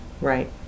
Right